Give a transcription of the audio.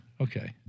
Okay